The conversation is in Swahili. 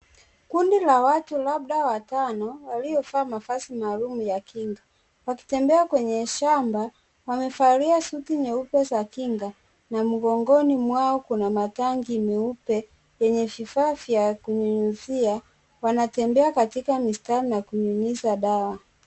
Kundi la watu labda watano waliovaa mavazi maalum ya kinga, wakitembea kwenye shamba wamevalia suti nyeupe za kinga na mgongoni mwao kuna matangi meupe yenye vifaa vya kunyunyizia, wanatembea katika mistari na kunyunyiza dawa.